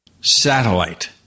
satellite